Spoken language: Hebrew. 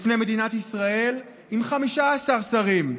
בפני מדינת ישראל עם 15 שרים,